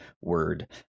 word